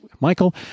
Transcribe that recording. Michael